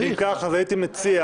אם כך, הייתי מציע